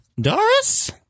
Doris